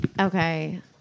Okay